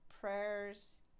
prayers